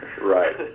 Right